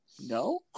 No